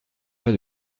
pas